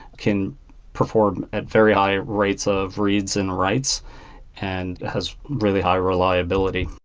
can perform at very high rates of reads and writes and has really high reliability.